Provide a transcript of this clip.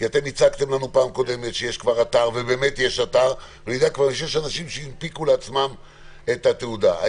הצגתם שיש אתר ויש אנשים שהנפיקו לעצמם את התעודה.